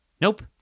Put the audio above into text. Nope